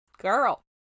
Girl